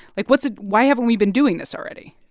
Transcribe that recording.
like, what's it why haven't we been doing this already?